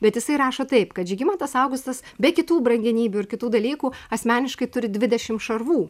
bet jisai rašo taip kad žygimantas augustas be kitų brangenybių ir kitų dalykų asmeniškai turi dvidešimt šarvų